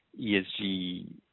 ESG